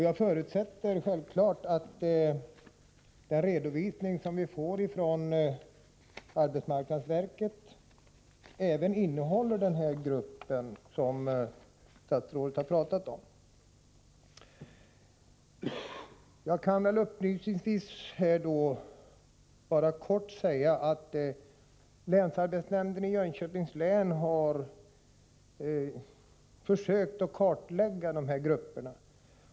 Jag förutsätter självfallet att den redovisning som vi får från arbetsmarknadsverket innehåller också den grupp som statsrådet här har pratat om. Upplysningsvis kan jag kort säga att länsarbetsnämnden i Jönköpings län har försökt kartlägga gruppen äldre arbetslösa som egentligen inte står till arbetsmarknadens förfogande.